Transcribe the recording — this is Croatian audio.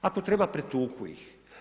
Ako treba pretuku ih.